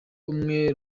umwe